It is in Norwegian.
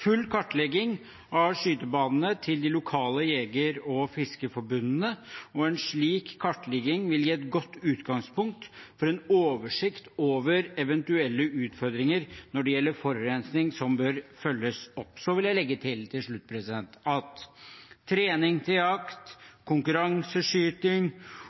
full kartlegging av skytebanene til de lokale jeger- og fiskerforbundene, og en slik kartlegging vil gi et godt utgangspunkt for en oversikt over eventuelle utfordringer når det gjelder forurensning, som bør følges opp. Så vil jeg til slutt legge til at trening til jakt, konkurranseskyting,